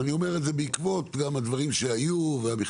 ואני אומר את זה גם בעקבות הדברים שהיו ומכתבים